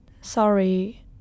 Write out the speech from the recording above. Sorry